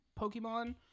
Pokemon